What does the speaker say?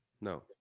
No